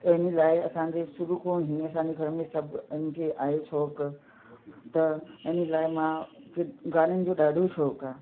इन्हीअ लाइ असांजे शुरू खां ई असांजो घर में सभु शौंक़ु त इन्हीअ लाइ मां गाननि जो ॾाढो शौंक़ु आहे